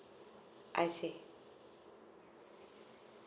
I see